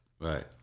Right